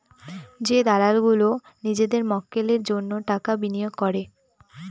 যে দালাল গুলো নিজেদের মক্কেলের জন্য টাকা বিনিয়োগ করে